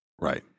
Right